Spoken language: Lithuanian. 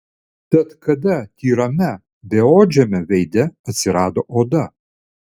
tad kada tyrame beodžiame veide atsirado oda